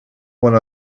one